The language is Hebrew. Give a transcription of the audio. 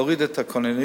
להוריד את הכוננויות,